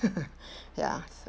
ya so